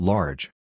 Large